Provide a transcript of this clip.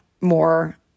more